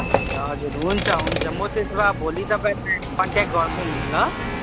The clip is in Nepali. ए हजुर हुन्छ हुन्छ म त्यसो भए भोलि तपाईँलाई कन्टेक गर्छु नि ल